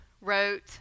wrote